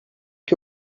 que